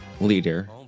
leader